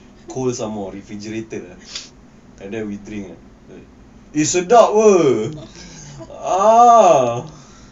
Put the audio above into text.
cold some more refrigerated ah and then we drink eh sedap apa ah